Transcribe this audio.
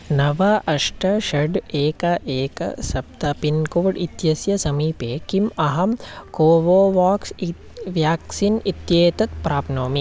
नव अष्ट षट् एकं एकं सप्त पिन्कोड् इत्यस्य समीपे किम् अहं कोवोवाक्स् इति व्याक्सीन् इत्येतत् प्राप्नोमि